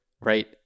right